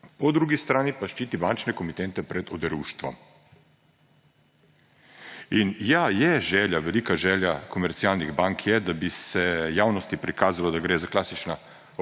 po drugi strani pa ščiti bančne komitente pred oderuštvom. In ja, je želja, velika želja komercialnih bank je, da bi se javnosti prikazalo, da gre za klasična